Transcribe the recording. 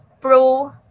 pro